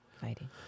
fighting